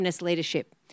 leadership